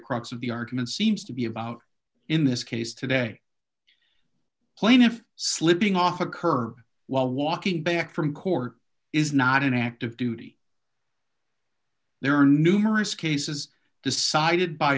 crux of the argument seems to be about in this case today plaintiff slipping off a curb while walking back from court is not an active duty there are numerous cases decided by